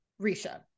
Risha